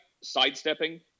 sidestepping